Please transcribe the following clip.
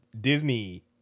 Disney